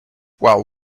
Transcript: while